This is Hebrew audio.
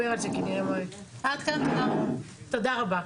תודה רבה.